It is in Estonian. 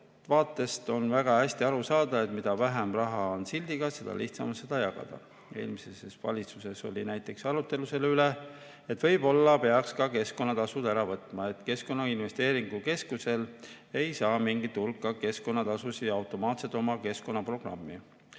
vaatest on väga hästi aru saada, et mida vähem raha on sildiga, seda lihtsam on seda jagada. Eelmises valitsuses oli näiteks arutelu selle üle, et võib-olla peaks ka keskkonnatasud ära võtma, nii et Keskkonnainvesteeringute Keskus ei saa teatud hulka keskkonnatasu automaatselt oma keskkonnaprogrammi